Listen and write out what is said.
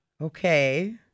Okay